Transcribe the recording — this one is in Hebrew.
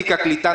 בתיק הקליטה,